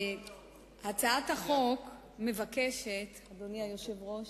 בהצעת החוק מבקשים, אדוני היושב-ראש,